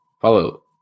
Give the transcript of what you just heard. follow